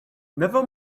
never